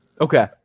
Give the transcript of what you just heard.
Okay